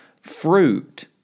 fruit